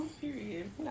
Period